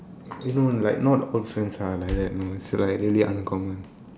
you know like not all friends are like that know it's like really uncommon